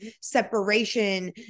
separation